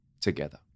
together